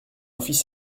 fils